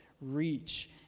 reach